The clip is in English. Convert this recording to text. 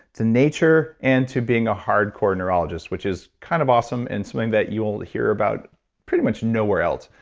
to nature and to being a hardcore neurologist, which is kind of awesome and something that you'll hear about pretty much nowhere else.